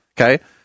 okay